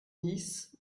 dix